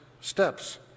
steps